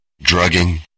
drugging